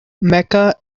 mecca